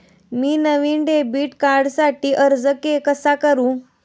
मी नवीन डेबिट कार्डसाठी अर्ज कसा करू?